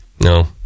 No